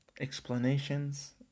explanations